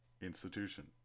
Institution